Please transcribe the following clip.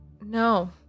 No